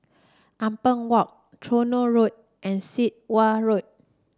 Ampang Walk Tronoh Road and Sit Wah Road